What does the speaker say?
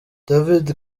david